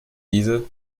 diese